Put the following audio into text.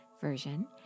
version